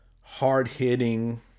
hard-hitting